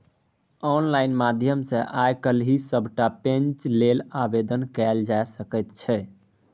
online माध्यम सँ आय काल्हि सभटा पैंच लेल आवेदन कएल जाए सकैत छै